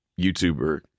YouTuber